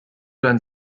dann